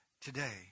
Today